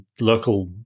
local